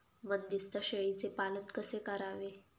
बंदिस्त शेळीचे पालन कसे करावे?